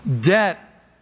Debt